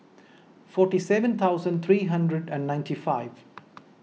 forty seven thousand three hundred and ninety five